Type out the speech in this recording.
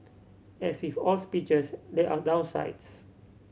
as with all speeches there are downsides